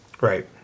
right